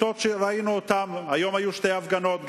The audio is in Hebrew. היום היו שתי הפגנות,